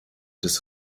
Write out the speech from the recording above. des